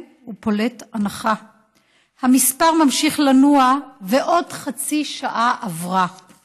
ופולט אנחה / המספר ממשיך לנוע ועוד חצי שעה עברה //